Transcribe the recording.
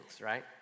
right